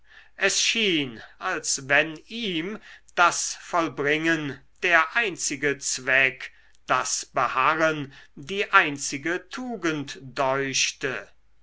es schien als wenn ihm das vollbringen der einzige zweck das beharren die einzige tugend deuchte